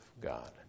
God